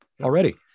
already